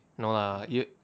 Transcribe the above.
no lah yo~